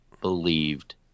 believed